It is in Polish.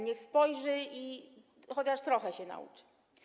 niech spojrzy i chociaż trochę się nauczy.